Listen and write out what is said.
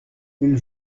une